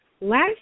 Last